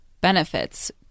benefits